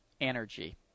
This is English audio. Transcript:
energy